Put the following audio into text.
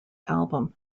album